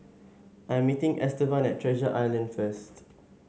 I am meeting Estevan at Treasure Island first